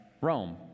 Rome